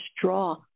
draw